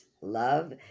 love